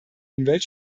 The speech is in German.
umwelt